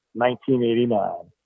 1989